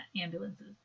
ambulances